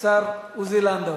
השר עוזי לנדאו.